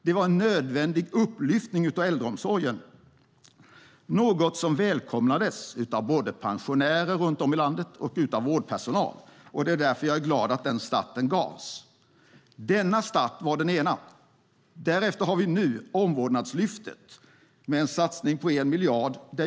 Det var en nödvändig upplyftning av äldreomsorgen, något som välkomnades av både pensionärer runt om i landet och vårdpersonal. Det är därför som jag är glad över den här starten. Därefter har vi nu Omvårdnadslyftet med en satsning på 1 miljard.